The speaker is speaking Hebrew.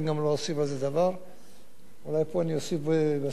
אני רק אוסיף לסיפא דבר אישי: